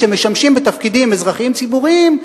שמשמשים בתפקידים אזרחיים ציבוריים,